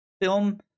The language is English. film